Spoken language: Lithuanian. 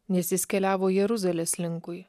nes jis keliavo jeruzalės linkui